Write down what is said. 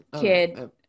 kid